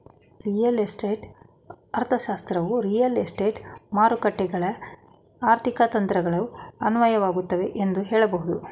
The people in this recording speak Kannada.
ರಿಯಲ್ ಎಸ್ಟೇಟ್ ಅರ್ಥಶಾಸ್ತ್ರವು ರಿಯಲ್ ಎಸ್ಟೇಟ್ ಮಾರುಕಟ್ಟೆಗಳ್ಗೆ ಆರ್ಥಿಕ ತಂತ್ರಗಳು ಅನ್ವಯವಾಗುತ್ತೆ ಎಂದು ಹೇಳಬಹುದು